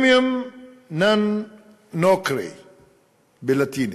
Primum non nocere בלטינית,